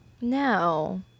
No